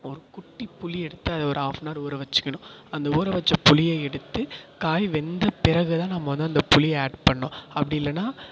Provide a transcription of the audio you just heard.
ஒரு குட்டிப் புளி எடுத்து அதை ஒரு ஆஃப் அன் ஹவர் ஊற வச்சுக்கணும் அந்த ஊற வச்ச புளியை எடுத்து காய் வெந்த பிறகு தான் நம்ம வந்து அந்த புளியை ஆட் பண்ணும் அப்படி இல்லைனா